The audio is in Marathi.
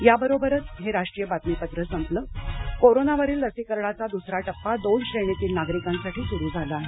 याबरोबरच हे राष्ट्रीय बातमीपत्र संपलं कोरोनावरील लसीकरणाचा दुसरा टप्पा दोन श्रेणीतील नागरिकांसाठी सुरू झाला आहे